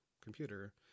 computer